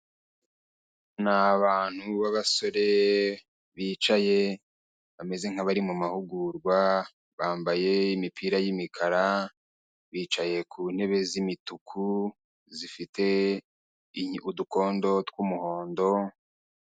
Ni abantu b'abasore bicaye bameze nk'abari mu mahugurwa, bambaye imipira y'imikara, bicaye ku ntebe z'imituku zifite udukondo tw'umuhondo.